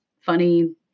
funny